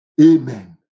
amen